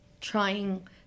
trying